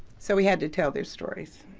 so we had to tell their stories.